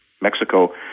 Mexico